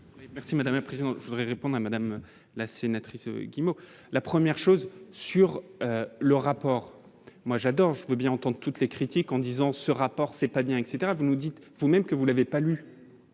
Merci madame la présidente, je voudrais répondre à Madame la sénatrice, la première chose sur le rapport, moi j'adore, je veux bien entendu toutes ces critiques en disant : ce rapport, c'est pas bien, etc, vous nous dites vous-même que vous n'avez pas lu.